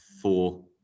four